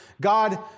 God